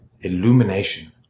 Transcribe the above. illumination